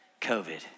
COVID